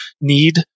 need